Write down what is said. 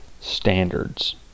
standards